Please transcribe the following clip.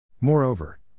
Moreover